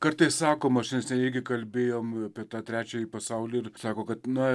kartais sakoma čia neseniai irgi kalbėjom apie tą trečiąjį pasaulį ir sako kad na